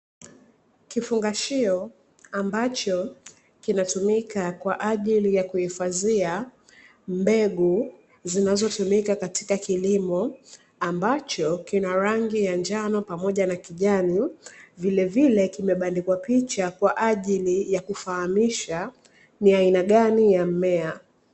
Kifungashio ambacho kinatumika kwa ajili ya kuhifadhia mbegu zinazotumika katika kilimo ambacho kina rangi ya njano pamoja na kijani vilevile kimebandikwa picha kwa ajili ya kufahamisha ni aina gani ya mmea.